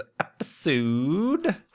episode